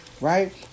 right